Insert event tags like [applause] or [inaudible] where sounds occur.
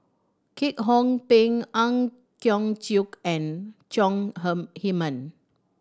Kwek Hong Png Ang Hiong Chiok and Chong [unintelligible] Heman